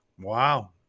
Wow